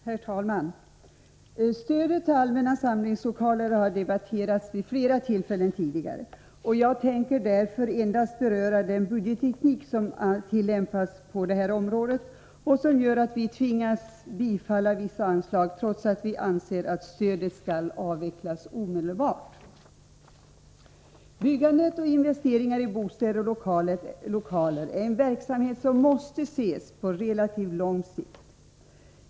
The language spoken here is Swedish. Herr talman! Stödet till allmänna samlingslokaler har debatterats tidigare vid flera tillfällen. Jag tänker därför endast beröra den budgetteknik som tillämpas på detta område och som gör att vi tvingas bifalla vissa anslag, trots att vi anser att stödet skall avvecklas omedelbart. Byggande och investeringar i bostäder och lokaler är en verksamhet som måste ses på relativt lång sikt.